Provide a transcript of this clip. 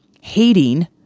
hating